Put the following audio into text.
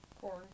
Corn